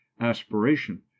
aspiration